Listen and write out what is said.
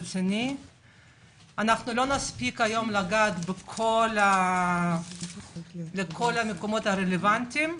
לא נספיק היום לגעת בכל המקומות הרלוונטיים,